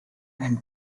and